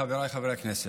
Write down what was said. חבריי חברי הכנסת,